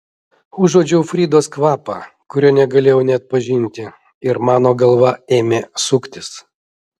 užuodžiau fridos kvapą kurio negalėjau neatpažinti ir mano galva ėmė suktis